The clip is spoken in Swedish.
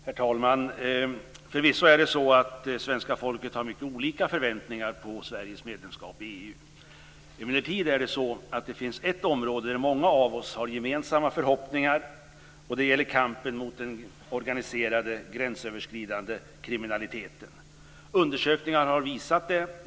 Herr talman! Förvisso har svenska folket mycket olika förväntningar på Sveriges medlemskap i EU. Emellertid finns ett område där många av oss har gemensamma förhoppningar. Det gäller kampen mot den organiserade gränsöverskridande kriminaliteten. Undersökningar har visat det.